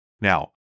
Now